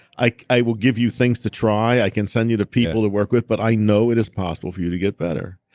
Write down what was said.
i i will give you things to try. i can send you the people to work with, but i know it is possible for you to get better.